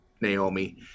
Naomi